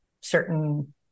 certain